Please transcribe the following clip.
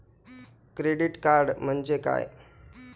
Credit card म्हणजे काय?